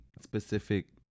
specific